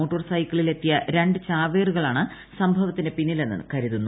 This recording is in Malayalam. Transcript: മൊട്ടോർ സൈക്കിളിൽ എത്തിയ രണ്ട് ചാവേറുകളാണ് സംഭവത്തിന് പിന്നിലെന്ന് കരുതുന്നു